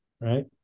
Right